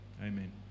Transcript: Amen